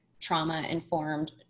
trauma-informed